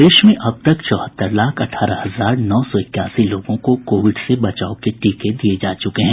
प्रदेश में अब तक चौहत्तर लाख अठारह हजार नौ सौ इक्यासी लोगों को कोविड से बचाव के टीके दिए जा चुके हैं